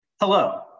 Hello